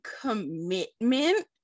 commitment